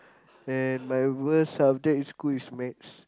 and my worst subject in school is maths